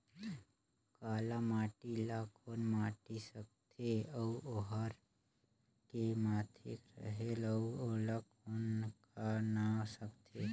काला माटी ला कौन माटी सकथे अउ ओहार के माधेक रेहेल अउ ओला कौन का नाव सकथे?